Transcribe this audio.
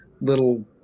little